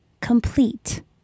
complete